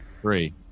Three